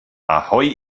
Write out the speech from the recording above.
ahoi